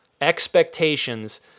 expectations